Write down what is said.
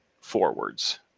forwards